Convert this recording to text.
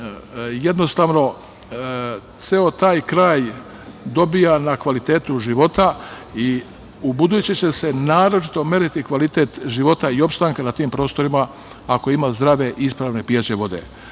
da time ceo taj kraj dobija na kvalitetu života i ubuduće će se naročito meriti kvalitet života i opstanka na tim prostorima ako ima zdrave i ispravne pijaće vode.